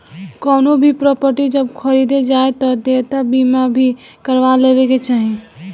कवनो भी प्रापर्टी जब खरीदे जाए तअ देयता बीमा भी करवा लेवे के चाही